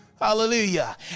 Hallelujah